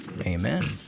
Amen